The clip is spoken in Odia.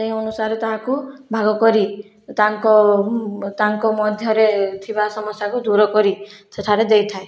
ସେହି ଅନୁସାରେ ତାହାକୁ ଭାଗ କରି ତାଙ୍କ ତାଙ୍କ ମଧ୍ୟରେ ଥିବା ସମସ୍ୟାକୁ ଦୂର କରି ସେଠାରେ ଦେଇଥାଏ